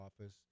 office